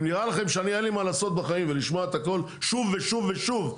אם נראה לכם שאני אין לי מה לעשות בחיים ולשמוע את הכל שוב ושוב ושוב,